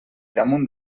damunt